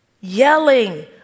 Yelling